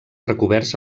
recoberts